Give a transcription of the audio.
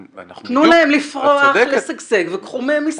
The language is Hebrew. תנו להם לפרוח, לשגשג, וקחו מהם מסים.